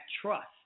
trust